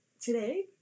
today